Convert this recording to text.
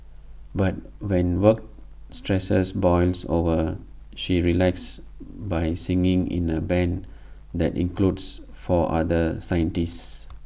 but when work stresses boils over she relaxes by singing in A Band that includes four other scientists